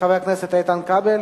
התקבלה בקריאה טרומית.